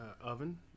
oven